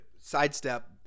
sidestep